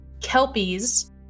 Kelpies